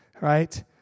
Right